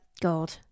god